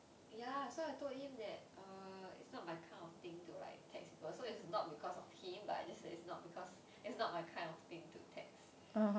ya so I told him that err it's not my kind of thing to like text people so it's not because of him but just that it's not because it's not my kind of thing to text